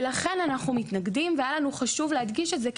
ולכן אנחנו מתנגדים והיה לנו חשוב להגיד את זה,